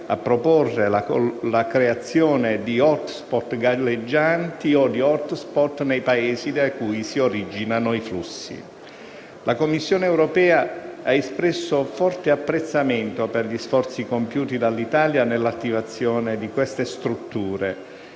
a proporre la creazione di *hotspot* galleggianti o di *hotspot* nei Paesi da cui si originano i flussi. La Commissione europea ha espresso forte apprezzamento per gli sforzi compiuti dall'Italia nell'attivazione di queste strutture,